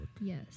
Yes